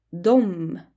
Dom